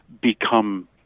become